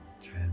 ten